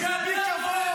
אל תחשוב שיש לך זכות פה יותר